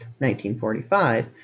1945